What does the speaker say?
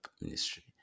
ministry